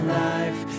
life